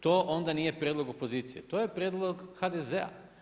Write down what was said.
To onda nije prijedlog opozicije, to je prijedlog HDZ-a.